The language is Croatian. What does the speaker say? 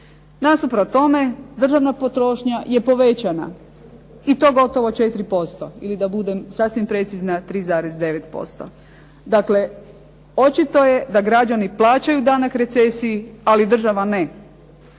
Nasuprot tome državna potrošnja je povećana i to gotovo 4% ili da budem sasvim precizna 3,9%. Dakle, očito je da građani plaćaju danak recesiji, a država ne.